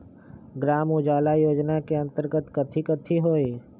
ग्राम उजाला योजना के अंतर्गत कथी कथी होई?